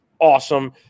awesome